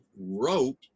wrote